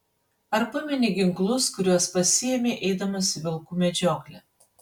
ar pameni ginklus kuriuos pasiėmei eidamas į vilkų medžioklę